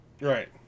right